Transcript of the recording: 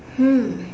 hmm